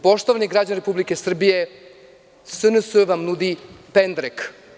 Poštovani građani Republike Srbije SNS vam nudi pendrek.